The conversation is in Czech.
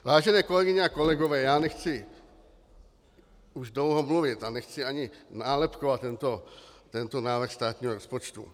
Vážené kolegyně a kolegové, nechci už dlouho mluvit a nechci ani nálepkovat tento návrh státního rozpočtu.